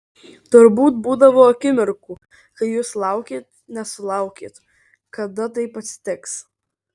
turbūt būdavo akimirkų kai jūs laukėt nesulaukėt kada taip atsitiks